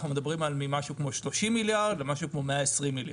אנחנו מדברים על ממשהו כמו 30 מיליארד למשהו כמו 120 מיליארד.